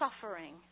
suffering